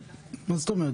מה זאת אומרת?